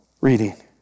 reading